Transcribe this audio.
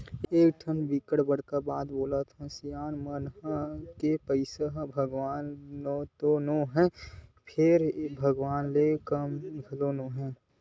एकठन बिकट बड़का बात बोलथे सियान मन ह के पइसा भगवान तो नो हय फेर भगवान ले कम घलो नो हय